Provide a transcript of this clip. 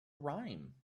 rhyme